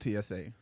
TSA